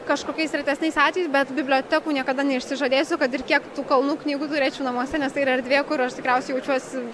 kažkokiais retesniais atvejais bet bibliotekų niekada neišsižadėsiu kad ir kiek tų kalnų knygų turėčiau namuose nes tai yra erdvė kur aš tikriausiai jaučiuosi